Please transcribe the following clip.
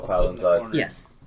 Yes